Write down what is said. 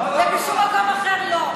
ובשום מקום אחר לא.